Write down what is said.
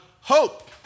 hope